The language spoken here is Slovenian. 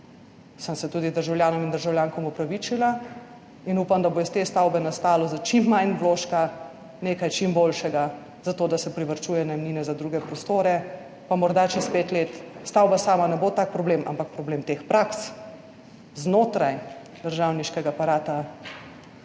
sem se tudi državljanom in državljankam opravičila in upam, da bo iz te stavbe nastalo s čim manj vložka nekaj čim boljšega, zato da se privarčuje najemnine za druge prostore. Pa morda čez pet let stavba sama ne bo tak problem, ampak problem teh praks znotraj državniškega aparata